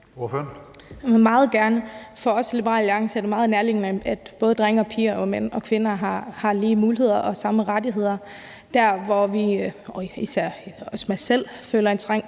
For os i Liberal Alliance er det meget nærliggende, at både drenge og piger og mænd og kvinder har lige muligheder og samme rettigheder. Der, hvor vi ogisær også jeg føler en trang